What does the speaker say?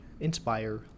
Inspire